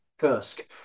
Kursk